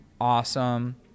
awesome